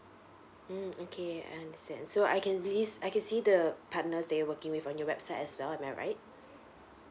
mm okay I understand so I can list I can see the partners that you working with on your website as well am I right